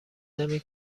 نمی